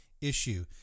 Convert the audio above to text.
issue